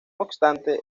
obstante